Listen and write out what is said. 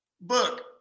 Book